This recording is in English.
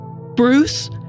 Bruce